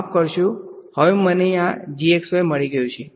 માફ કરશો હવે મને આ મળી ગયું છે